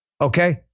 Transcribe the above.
Okay